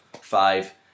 five